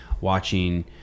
watching